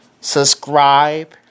subscribe